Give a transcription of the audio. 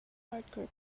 hardcore